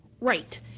right